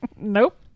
Nope